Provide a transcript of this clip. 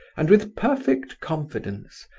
and with perfect confidence,